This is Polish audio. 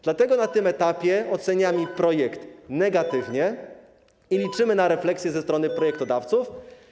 Dlatego na tym etapie oceniamy projekt negatywnie i liczymy na refleksję ze strony projektodawców.